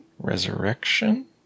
Resurrection